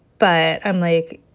but i'm like,